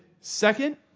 second